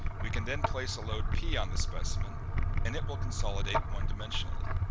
we can then place a load, p, on the specimen and it will consolidate one dimensionally.